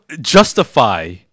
justify